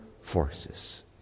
forces